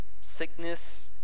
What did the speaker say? sickness